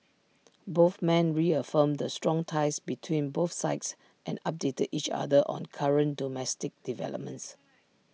both men reaffirmed the strong ties between both sides and updated each other on current domestic developments